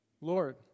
Lord